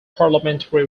parliamentary